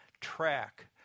track